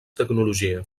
tecnologia